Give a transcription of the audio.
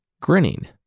Grinning